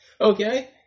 Okay